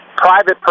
private